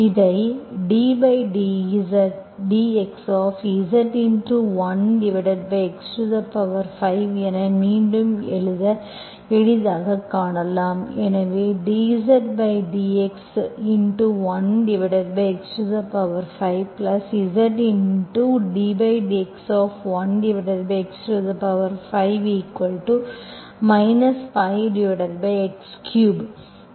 இதை ddxZ 1x5 என மீண்டும் எழுத எளிதாகக் காணலாம்